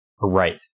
Right